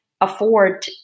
afford